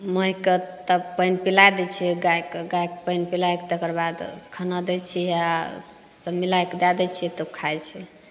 महि कऽ तब पानि पिला दै छियै गायकऽ गायकऽ पानि पिलाइके तेकरबाद खाना दै छियै आ सब मिलाइ कऽ दए दै छियै तऽ खाइत छै